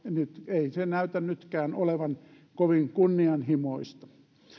ei se näytä nytkään olevan kovin kunnianhimoista